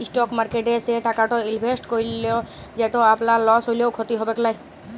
stock মার্কেটে সে টাকাট ইলভেসেট করুল যেট আপলার লস হ্যলেও খ্যতি হবেক লায়